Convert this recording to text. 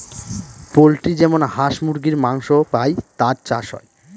poultry যেমন হাঁস মুরগীর মাংস পাই তার চাষ হয়